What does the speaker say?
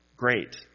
Great